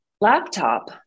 laptop